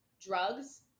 drugs